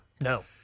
No